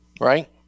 right